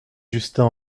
justin